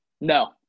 no